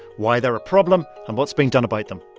why they're a problem and what's being done about them